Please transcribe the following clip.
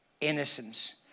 innocence